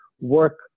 work